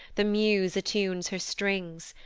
the muse attunes her strings,